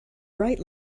bright